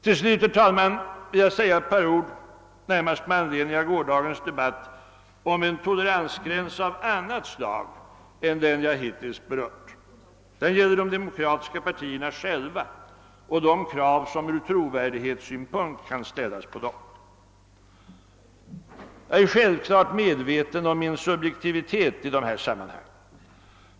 Till slut vill jag säga ett par ord närmast med anledning av gårdagens debatt om en toleransgräns av annat slag än den jag hittills berört. Den gäller de demokratiska partierna själva och de krav som ur trovärdighetssynpunkt kan ställas på dem. Jag är självklart medveten om min subjektivitet i detta sammanhang.